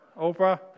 Oprah